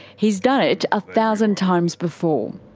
he's done it a thousand times before.